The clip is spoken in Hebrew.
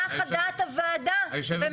בנושא הכבאות לא נחה דעת המשרדים הממשלתיים